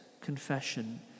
confession